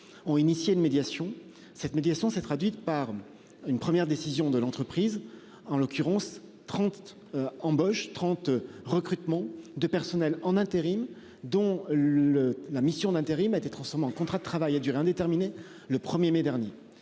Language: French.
ont initié de médiation cette médiation s'est traduite par une première décision de l'entreprise, en l'occurrence 30. Embauches 30 recrutement de personnel en intérim dont le la mission d'intérim a été transformé en contrat de travail à durée indéterminée. Le 1er mai dernier